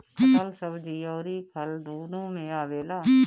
कटहल सब्जी अउरी फल दूनो में आवेला